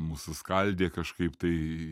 mus suskaldė kažkaip tai